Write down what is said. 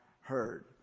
heard